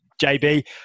JB